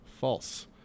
false